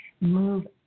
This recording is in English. move